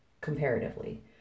comparatively